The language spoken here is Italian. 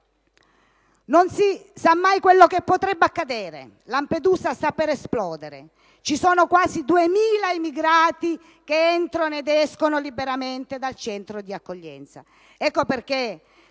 non si sa mai cosa potrebbe accadere. Lampedusa sta per esplodere. Ci sono quasi 2.000 immigrati che entrano ed escono liberamente dal centro di accoglienza. Ecco perché